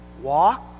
walk